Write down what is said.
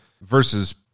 versus